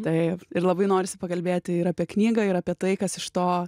taip ir labai norisi pakalbėti ir apie knygą ir apie tai kas iš to